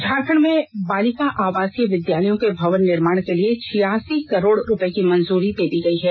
झारखंड में बालिका आवासीय विद्यालयों के भवन निर्माण के लिए छियासी करोड़ रुपए की मंजूरी दे दी गई है